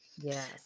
Yes